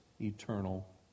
eternal